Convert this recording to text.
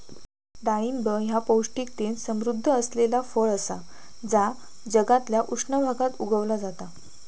डाळिंब ह्या पौष्टिकतेन समृध्द असलेला फळ असा जा जगातल्या उष्ण भागात उगवला जाता